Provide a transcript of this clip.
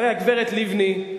הרי הגברת לבני,